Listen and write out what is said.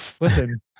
Listen